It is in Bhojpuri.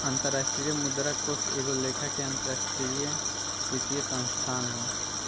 अंतरराष्ट्रीय मुद्रा कोष एगो लेखा के अंतरराष्ट्रीय वित्तीय संस्थान ह